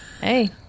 Hey